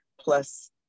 plus